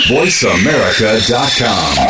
VoiceAmerica.com